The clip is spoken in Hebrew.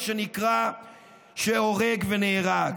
מה שנקרא, שהורג ונהרג.